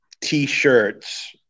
T-shirts